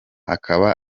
akaba